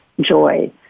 joy